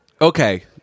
Okay